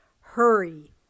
Hurry